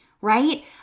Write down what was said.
right